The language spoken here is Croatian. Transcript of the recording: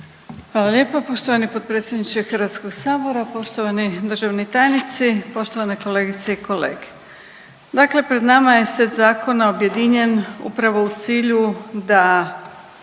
Hvala lijepo poštovani potpredsjedniče HS, poštovani državni tajnici, poštovane kolegice i kolege. Dakle, pred nama je set zakona objedinjen upravo u cilju da